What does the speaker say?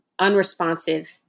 unresponsive